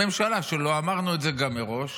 הממשלה שלו, אמרנו את זה גם מראש,